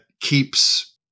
keeps